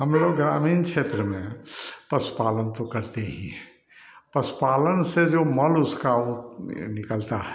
हमलोग ग्रामीण क्षेत्र में पशुपालन तो करते ही हैं पशुपालन से जो मल उसका निकलता है